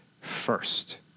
first